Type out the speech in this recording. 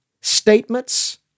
statements